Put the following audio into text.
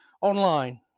online